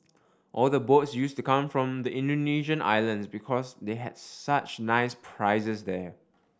all the boats used to come from the Indonesian islands because they had such nice prizes here